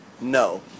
No